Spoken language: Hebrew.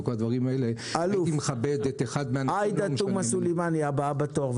אני מכבד את אחד -- עאידה תומא סלימאן היא הבאה בתור.